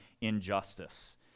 injustice